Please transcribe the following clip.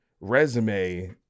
resume